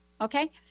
Okay